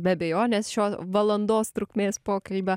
be abejonės šio valandos trukmės pokalbio